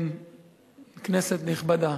כנסת נכבדה,